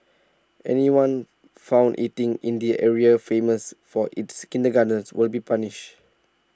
anyone found eating in the area famous for its kindergartens will be punished